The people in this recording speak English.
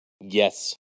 Yes